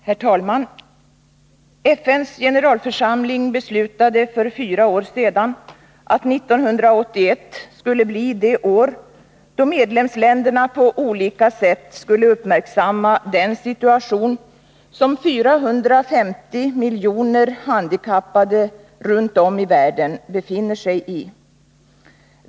Herr talman! FN:s generalförsamling beslutade för fyra år sedan att 1981 skulle bli det år då medlemsländerna på olika sätt skulle uppmärksamma den situation 450 miljoner handikappade runt om i världen befinner sig i.